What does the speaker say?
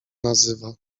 nazywa